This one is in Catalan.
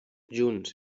junts